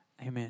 Amen